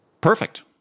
Perfect